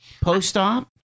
post-op